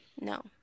No